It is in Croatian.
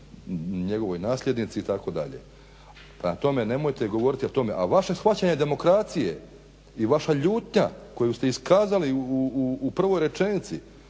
njegovoj nasljednici itd. Prema tome nemojte govoriti o tome. A vaše shvaćanje demokracije i vaša ljutnja koju ste iskazali u prvoj rečenici,